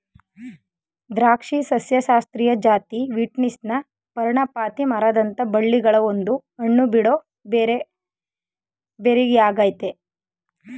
ದ್ರಾಕ್ಷಿ ಸಸ್ಯಶಾಸ್ತ್ರೀಯ ಜಾತಿ ವೀಟಿಸ್ನ ಪರ್ಣಪಾತಿ ಮರದಂಥ ಬಳ್ಳಿಗಳ ಒಂದು ಹಣ್ಣುಬಿಡೋ ಬೆರಿಯಾಗಯ್ತೆ